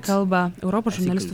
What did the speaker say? kalba europos žurnalistų